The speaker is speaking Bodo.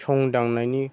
संदाननायनि